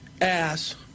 ass